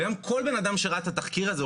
וגם כל אדם שראה את התחקיר הזה,